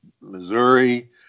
Missouri